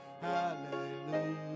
hallelujah